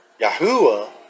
Yahuwah